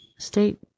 State